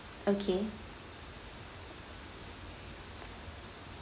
okay